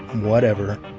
whatever,